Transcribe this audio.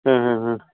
ಹಾಂ ಹಾಂ ಹಾಂ